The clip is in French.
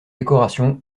décoration